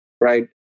right